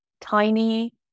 tiny